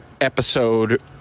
episode